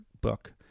book